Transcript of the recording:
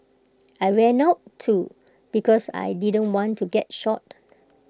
I ran out too because I didn't want to get shot